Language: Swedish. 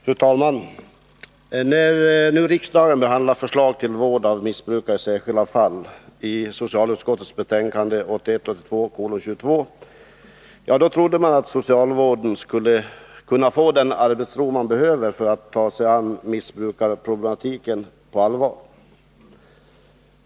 Fru talman! När nu riksdagen behandlar förslaget till lag om ”vård av missbrukare i vissa fall” i socialutskottets betänkande 1981/82:22, trodde man att socialvården skulle kunna få den arbetsro som behövs för att ta sig an missbrukarproblematiken på allvar.